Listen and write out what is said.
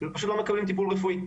פשוט לא מקבלים טיפול רפואי.